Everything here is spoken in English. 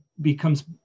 becomes